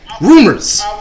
Rumors